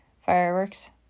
Fireworks